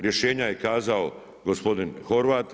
Rješenja je kazao gospodin Horvat.